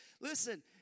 Listen